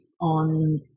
on